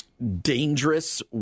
dangerous